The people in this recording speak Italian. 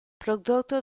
prodotto